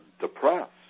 depressed